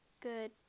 good